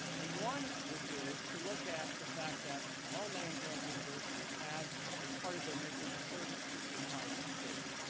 and one which is to look at the fact that all land-grant universities have as part of their mission the service to the entire state.